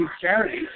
Charity